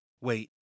Wait